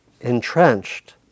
entrenched